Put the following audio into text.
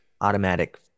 Automatic